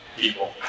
people